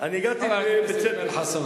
הזה בכלל?